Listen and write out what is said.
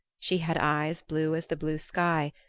she had eyes blue as the blue sky,